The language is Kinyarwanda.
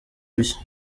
bishya